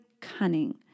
cunning